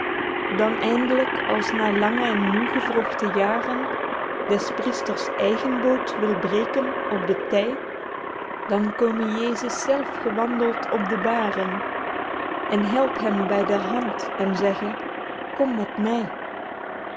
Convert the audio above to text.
dan eindlyk als na lange en moegewrochte jaren des priesters eigen boot wil breken op de ty dan kome jesus zelf gewandeld op de baren en help hem by der hand en zegge kom met my